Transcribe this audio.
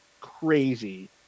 crazy